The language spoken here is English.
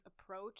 approach